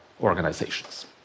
organizations